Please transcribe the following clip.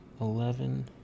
Eleven